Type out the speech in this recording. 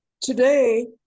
today